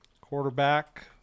quarterback